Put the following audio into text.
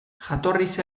jatorriz